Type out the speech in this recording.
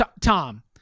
Tom